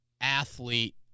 athlete